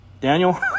Daniel